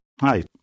Hi